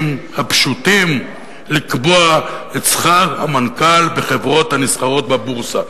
הפשוטים לקבוע את שכר המנכ"ל בחברות הנסחרות בבורסה.